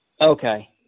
Okay